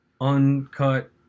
uncut